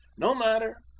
no matter